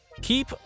keep